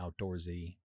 outdoorsy